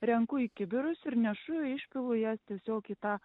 renku į kibirus ir nešu išpilu jas tiesiog į tą